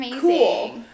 cool